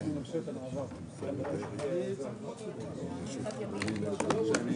13:17.